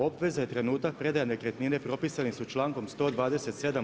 Obveze, trenutak predaje nekretnine propisane su člankom 127.